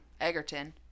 Egerton